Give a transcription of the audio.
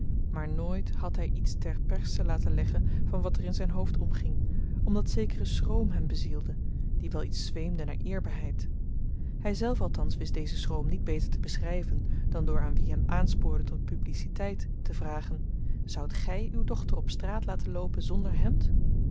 maar nooit had hy iets ter perse laten leggen van wat er in zyn hoofd omging omdat zekere schroom hem bezielde die wel iets zweemde naar eerbaarheid hyzelf althans wist dezen schroom niet beter te beschryven dan door aan wie hem aanspoorden tot publiciteit te vragen zoudt gy uw dochter op straat laten loopen zonder hemd